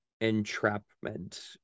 entrapment